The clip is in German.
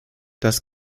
das